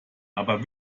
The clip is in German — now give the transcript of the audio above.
aber